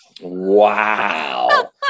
Wow